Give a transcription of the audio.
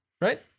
Right